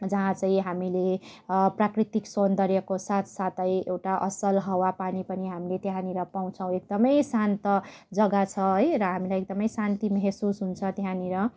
जहाँ चाहिँ हामीले प्राकृतिक सौन्दर्यको साथ साथै एउटा असल हावा पानी पनि हामीले त्यहाँनिर पाउँछौँ एकदमै शान्त जग्गा छ है र हामीलाई एकदमै शान्ति महसुस हुन्छ त्यहाँनिर